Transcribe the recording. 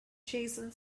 jason